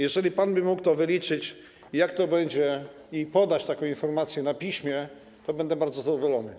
Jeżeli pan by mógł wyliczyć, ile to będzie, i podać taką informację na piśmie, to będę bardzo zadowolony.